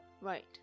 Right